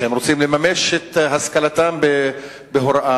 שרוצים לממש את השכלתם בהוראה,